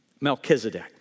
Melchizedek